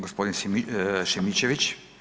g. Šimičević.